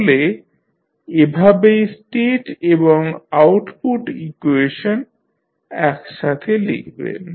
তাহলে এভাবেই স্টেট এবং আউটপুট ইকুয়েশন একসাথে লিখবেন